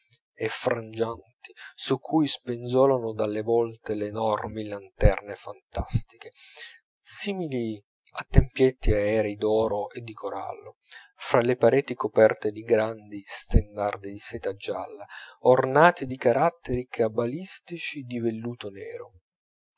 e frangiati su cui spenzolano dalla vlta le enormi lanterne fantastiche simili a tempietti aerei d'oro e di corallo fra le pareti coperte di grandi stendardi di seta gialla ornati di caratteri cabalistici di velluto nero